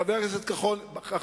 חבר הכנסת כחלון,